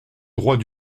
droits